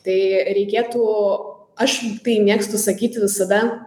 tai reikėtų aš tai mėgstu sakyti visada